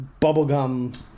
bubblegum